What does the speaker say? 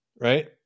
right